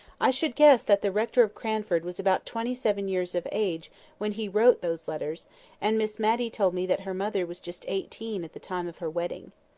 i should guess that the rector of cranford was about twenty-seven years of age when he wrote those letters and miss matty told me that her mother was just eighteen at the time of her wedding.